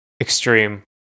extreme